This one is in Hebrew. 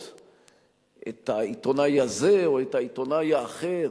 את העיתונאי הזה או את העיתונאי האחר,